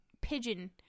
pigeon